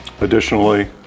Additionally